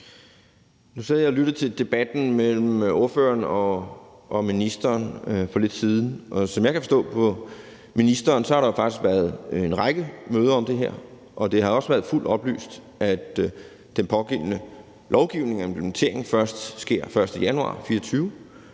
Nu sad jeg og lyttede til debatten mellem ordføreren og ministeren for lidt siden, og som jeg kan forstå det på ministeren, har der jo faktisk været en række møder om det her, og det har også været fuldt ud oplyst, at den pågældende lovgivning og implementeringen først sker den 1. januar 2024.